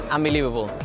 Unbelievable